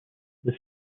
was